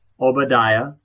Obadiah